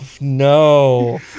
no